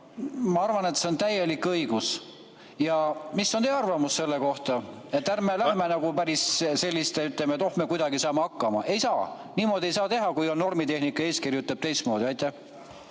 Ma arvan, et selleks on täielik õigus. Mis on teie arvamus selle kohta? Ärme lähme nagu päris sellist [teed], et oh, me kuidagi saame hakkama. Ei saa! Niimoodi ei saa teha, kui normitehnika eeskiri ütleb teistmoodi.